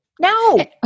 No